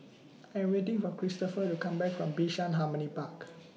I Am waiting For Christopher to Come Back from Bishan Harmony Park